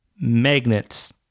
magnets